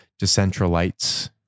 Decentralites